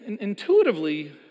intuitively